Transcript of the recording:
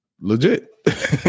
legit